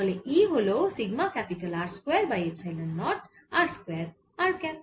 তাহলে E হল sigma R square by epsilon nought r square r cap